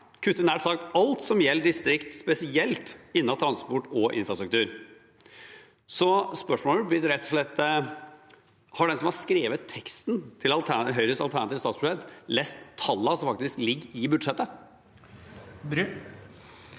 kutte i nær sagt alt som gjelder distrikt, spesielt innen transport og infrastruktur. Spørsmålet blir rett og slett: Har den som har skrevet teksten til Høyres alternative statsbudsjett, lest tallene som faktisk ligger i budsjettet? Tina